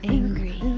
angry